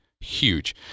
huge